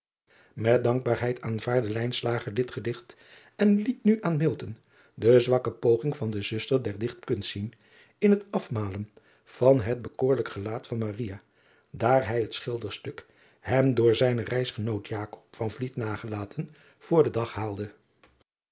et dankbaarheid aanvaardde dit gedicht en liet nu aan de zwakke poging van de zuster der ichtkunst zien in het afmalen van het bekoorlijk gelaat van daar hij het schilderstuk hem door zijnen reisgenoot nagelaten voor den dag haalde